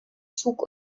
zug